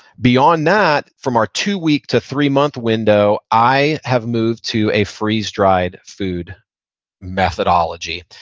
beyond that, from our two-week to three-month window, i have moved to a freeze-dried food methodology.